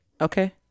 Okay